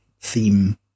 theme